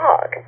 dog